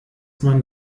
man